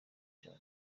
cyane